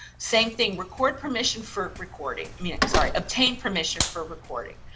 same thing, record permission for recording. i mean, sorry, obtain permission for recording,